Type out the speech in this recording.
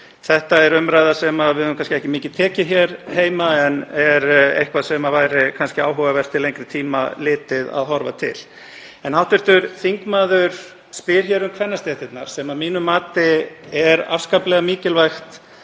Þetta er umræða sem við höfum kannski ekki mikið tekið hér heima en er eitthvað sem væri kannski áhugavert til lengri tíma litið að horfa til. Hv. þingmaður spyr hér um kvennastéttirnar, sem að mínu mati er afskaplega mikilvægt